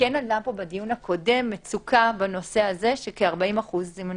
עלה פה בדיון הקודם מצוקה בנושא הזה, שכ-40% לא